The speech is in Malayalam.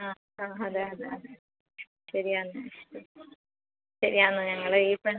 ആ ആ അതെ അതെ അതെ ശരി ആണ് ശരി ആണ് ഞങ്ങളെ ഇത്